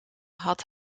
had